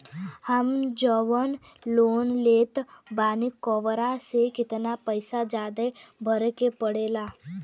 हम जवन लोन लेले बानी वोकरा से कितना पैसा ज्यादा भरे के पड़ेला?